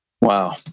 Wow